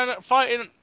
fighting